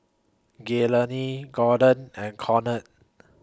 Gaylene Corda and Conard